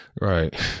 Right